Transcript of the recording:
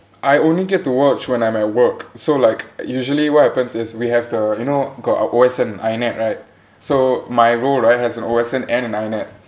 I only get to watch when I'm at work so like usually what happens is we have the you know got O_S_N and INET right so my role right has an O_S_N and INET